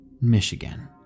Michigan